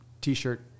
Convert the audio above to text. t-shirt